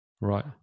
Right